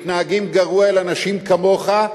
מתנהגים גרוע אל אנשים כמוך,